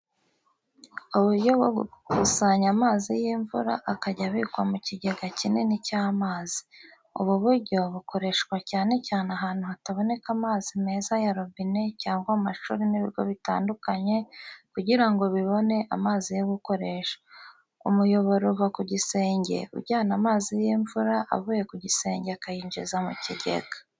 Uburyo bwo gukusanya amazi y’imvura akajya abikwa mu kigega kinini cy’amazi. Ubu buryo bukoreshwa cyane cyane ahantu hataboneka amazi meza ya robine cyangwa mu mashuri n’ibigo bitandukanye, kugira ngo bibone amazi yo gukoresha. Umuyoboro uva ku gisenge ujyana amazi y’imvura avuye ku gisenge akayinjiza mu kigega.